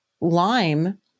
lime